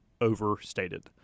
overstated